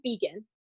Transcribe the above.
vegan